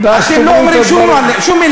למה